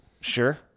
Sure